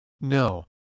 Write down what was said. No